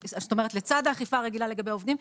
לצד האכיפה הרגילה לגבי עובדים,